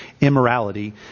immorality